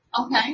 Okay